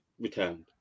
returned